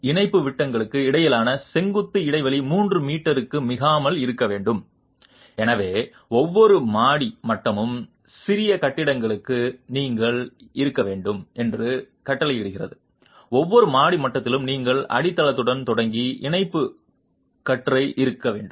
இணைப்பு விட்டங்களுக்கு இடையிலான செங்குத்து இடைவெளி 3 மீட்டருக்கு மிகாமல் இருக்க வேண்டும் எனவே ஒவ்வொரு மாடி மட்டமும் சிறிய கட்டிடங்களுக்கு நீங்கள் இருக்க வேண்டும் என்று கட்டளையிடுகிறது ஒவ்வொரு மாடி மட்டத்திலும் நீங்கள் அடித்தளத்துடன் தொடங்கி இணைப்பு கற்றை இருக்க வேண்டும்